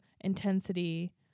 intensity